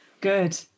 Good